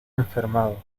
enfermado